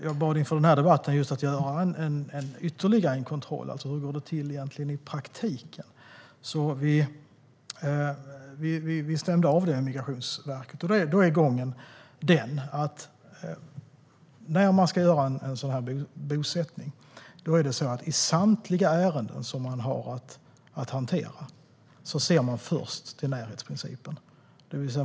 Jag bad inför den här debatten om att göra ytterligare en kontroll, alltså: Hur går det egentligen till i praktiken? Vi stämde av det med Migrationsverket. När man ska göra en sådan bosättning är gången sådan att man i samtliga ärenden som man ska hantera först ser till närhetsprincipen.